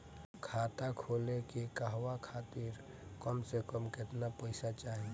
खाता खोले के कहवा खातिर कम से कम केतना पइसा चाहीं?